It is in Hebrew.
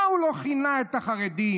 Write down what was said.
איך הוא לא כינה את החרדים?